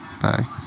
Bye